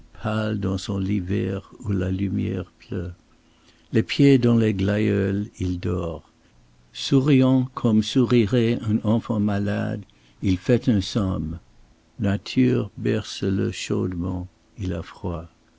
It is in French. dans son lit vert où la lumière pleut les pieds dans les glaïeuls il dort souriant comme sourirait un enfant malade il fait un somme nature berce le chaudement il a froid